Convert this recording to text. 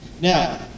Now